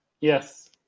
yes